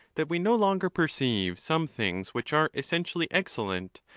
that we no longer perceive some things which are essentially excellent,